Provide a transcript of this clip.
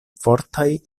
fortaj